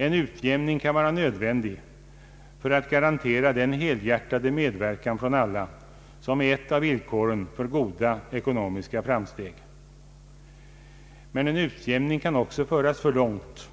En utjämning kan vara nödvändig för att garantera den helhjärtade medverkan från alla som är ett villkor för goda ekonomiska framsteg. Men en utjämning kan också föras för långt,